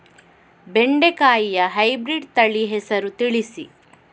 ಬೆಂಡೆಕಾಯಿಯ ಹೈಬ್ರಿಡ್ ತಳಿ ಹೆಸರು ತಿಳಿಸಿ?